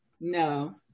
No